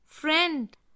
Friend